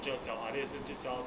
就要找 ideas 就去找